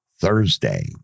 Thursday